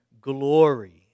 glory